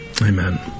amen